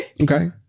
Okay